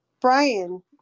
Brian